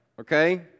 okay